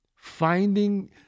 Finding